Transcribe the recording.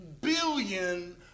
billion